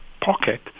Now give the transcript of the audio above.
pocket